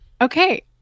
okay